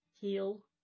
heal